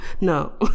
No